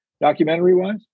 documentary-wise